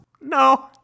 No